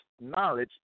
knowledge